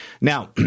Now